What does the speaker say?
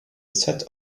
set